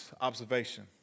observation